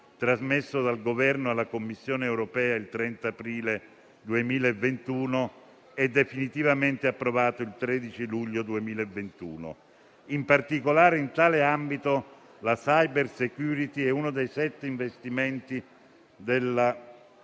trasmesso dal Governo alla Commissione europea il 30 aprile 2021 e definitivamente approvato il 13 luglio 2021. In particolare, in tale ambito, la *cybersecurity* è uno dei sette investimenti della digitalizzazione